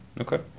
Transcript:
Okay